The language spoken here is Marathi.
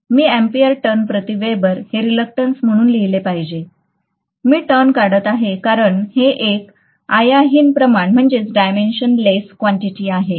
मी अॅम्पीयर टर्न प्रती वेबर हे रीलक्टंस म्हणून लिहिले पाहिजे मी टर्न काढत आहे कारण हे एक आयामहीन प्रमाण आहे